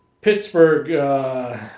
Pittsburgh